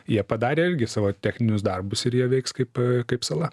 jie padarė irgi savo techninius darbus ir jie veiks kaip kaip sala